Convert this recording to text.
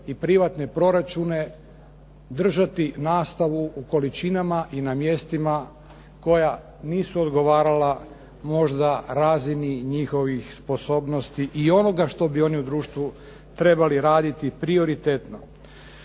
i privatne proračune, držati nastavu u količinama i na mjestima koja nisu odgovarala možda razini njihovih sposobnosti i onoga što bi oni u društvu trebali raditi prioritetno.